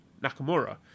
Nakamura